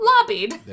lobbied